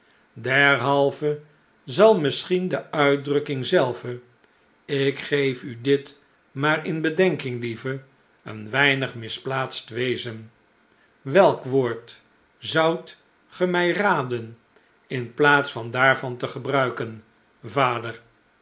derhalve zal misschien de uitdrukking zelve ik geef u dit maar in bedenking lieve een weinig misplaatst wezen welk woord zoudt ge mij raden in plaats daarvan te gebruiken vader